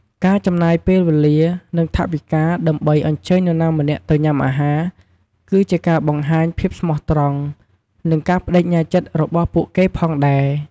ការចំណាយពេលវេលា និងថវិកាដើម្បីអញ្ជើញនរណាម្នាក់ទៅញ៉ាំអាហារ គឺជាការបង្ហាញភាពស្មោះត្រង់ និងការប្តេជ្ញាចិត្តរបស់ពួកគេផងដែរ។